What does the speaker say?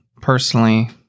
personally